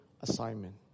assignment